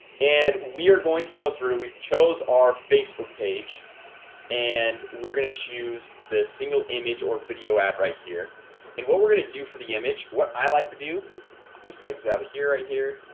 and we are going to go through it. we've chose our facebook page and we're gonna choose the single image or video ad right here and what we're gonna do for the image what i like to do just x out here right here.